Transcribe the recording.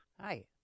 Hi